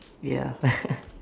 ya